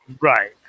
Right